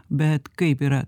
bet kaip yra